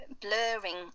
blurring